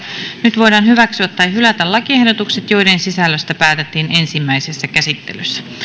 nyt voidaan hyväksyä tai hylätä lakiehdotukset joiden sisällöstä päätettiin ensimmäisessä käsittelyssä